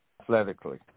athletically